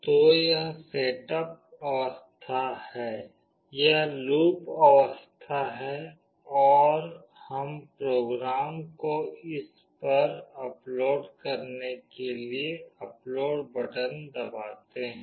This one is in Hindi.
तो यह सेटअप अवस्था है यह लूप अवस्था है और हम प्रोग्राम को इस पर अपलोड करने के लिए अपलोड बटन दबाते हैं